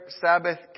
Sabbath